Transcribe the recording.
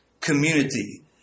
community